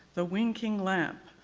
the winking lamp,